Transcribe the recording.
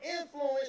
influence